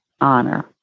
honor